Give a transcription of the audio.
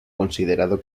considerado